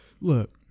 look